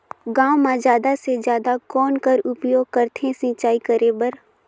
गांव म जादा से जादा कौन कर उपयोग करथे सिंचाई करे बर?